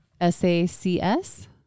S-A-C-S